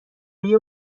روی